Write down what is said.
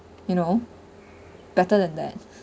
you know better than that